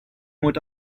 would